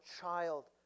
child